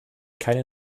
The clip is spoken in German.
keine